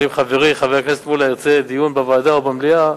אבל אם חברי חבר הכנסת מולה ירצה דיון בוועדה או במליאה,